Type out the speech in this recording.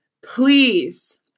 please